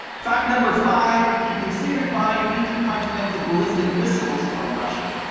fact number five, he considered buying intercontinental ballistic missiles from russia.